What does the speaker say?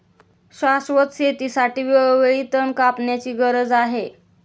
शाश्वत शेतीसाठी वेळोवेळी तण कापण्याची गरज आहे